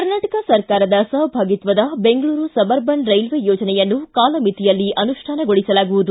ಕರ್ನಾಟಕ ಸರ್ಕಾರದ ಸಪಭಾಗಿತ್ವದ Bengaluru suburban railway ಯೋಜನೆಯನ್ನು ಕಾಲಮಿತಿಯಲ್ಲಿ ಅನುಷ್ಠಾನಗೊಳಿಸಲಾಗುವುದು